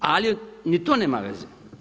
Ali ni to nema veze.